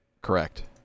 Correct